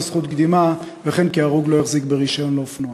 זכות קדימה וכן כי ההרוג לא החזיק ברישיון לאופנוע.